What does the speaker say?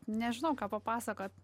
nežinau ką papasakot